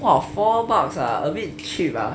!wah! four bucks ah a bit cheap ah